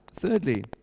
Thirdly